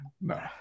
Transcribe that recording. No